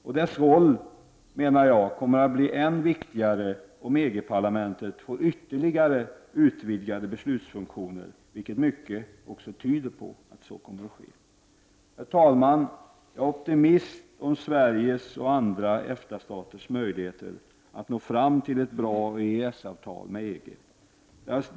Och dess roll kommer att bli än viktigare, om EG-parlamentet får ytterligare utvidgade beslutsfunktioner, vilket mycket tyder på. Herr talman! Jag är optimist om Sveriges och andra EFTA-staters möjligheter att nå fram till ett bra EES-avtal med EG.